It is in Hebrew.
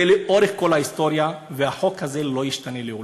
זה לאורך כל ההיסטוריה, והחוק הזה לא ישתנה לעולם.